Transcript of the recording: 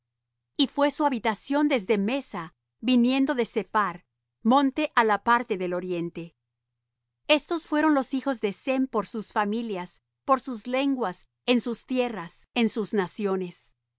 y fué su habitación desde mesa viniendo de sephar monte á la parte del oriente estos fueron los hijos de sem por sus familias por sus lenguas en sus tierras en sus naciones